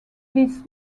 this